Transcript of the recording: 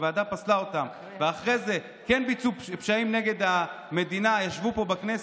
הוועדה פסלה אותם ואחרי זה כן ביצעו פשעים נגד המדינה ישבו פה בכנסת,